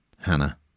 Hannah